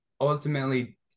ultimately